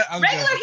regular